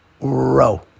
row